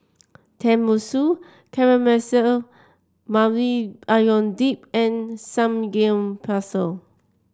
Tenmusu Caramelized Maui Onion Dip and Samgyeopsal